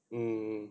mm